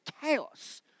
chaos